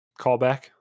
Callback